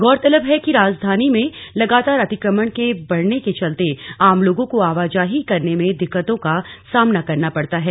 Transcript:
गौरतलब है कि राजधानी में लगातार अतिक्रमण के बढ़ने के चलते आम लोगों को आवाजाही करने में दिक्कतों को सामना करना पड़ता है